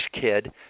kid